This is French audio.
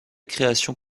création